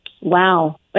wow